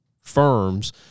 firms